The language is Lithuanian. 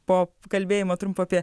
po kalbėjimo trumpo apie